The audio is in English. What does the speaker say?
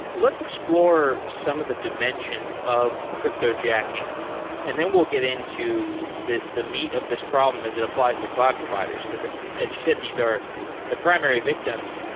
let's explore some of the dimensions of cryptojacking and then we'll get into the the meat of this problem as it applies to cloud providers. as you said, these are the primary victims.